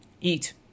eat